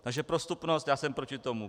Takže prostupnost já jsem proti tomu.